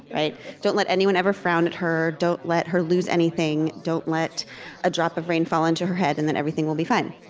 don't let anyone ever frown at her. don't let her lose anything. don't let a drop of rain fall onto her head. and then everything will be fine.